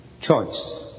choice